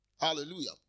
Hallelujah